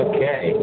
Okay